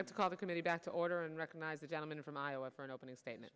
i've called the committee back to order and recognize the gentleman from iowa for an opening statement